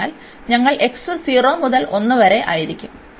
അതിനാൽ ഞങ്ങൾ x 0 മുതൽ 1 വരെ ആയിരിക്കും